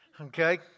Okay